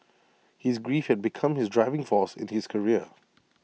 his grief had become his driving force in his career